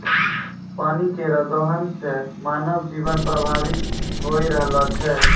पानी केरो दोहन सें मानव जीवन प्रभावित होय रहलो छै